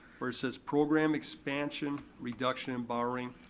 where it says program expansion, reduction, and borrowing,